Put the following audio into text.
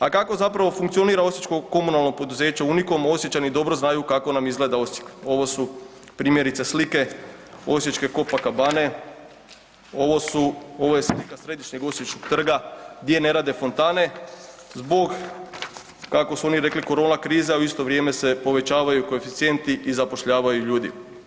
A kako zapravo funkcionira Osječko komunalno poduzeće „Unikom“ Osječani dobro znaju kako nam izgleda Osijek, ovo su primjerice slike osječke Kopakabane, ovo je slike Središnjeg osječkog trga gdje ne rade fontane zbog kako su oni rekli korona krize, a u isto vrijeme se povećavaju koeficijenti i zapošljavaju ljudi.